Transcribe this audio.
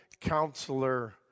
Counselor